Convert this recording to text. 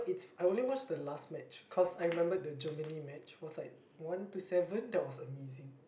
I only watched the last match cause I remembered the Germany match was like one to seven that was amazing